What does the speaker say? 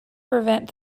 prevent